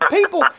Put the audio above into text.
People